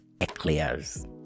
Eclairs